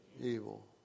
Evil